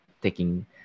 taking